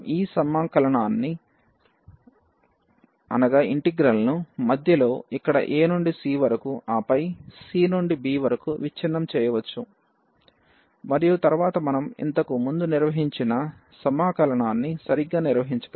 మనం ఈ సమాకలనాన్ని ను మధ్యలో ఇక్కడ a నుండి c వరకు ఆపై c నుండి b వరకు విచ్ఛిన్నం చేయవచ్చు మరియు తరువాత మనం ఇంతకు ముందు నిర్వహించిన సమాకలనాన్ని సరిగ్గా నిర్వహించగలము